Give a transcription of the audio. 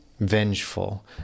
vengeful